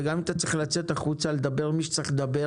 וגם אם אתה צריך לצאת החוצה ולדבר עם מי שצריך לדבר,